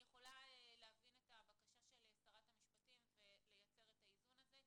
אני יכולה להבין את הבקשה של שרת המשפטים ולייצר את האיזון הזה.